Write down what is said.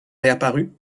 reparut